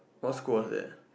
what school was that